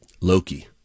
Loki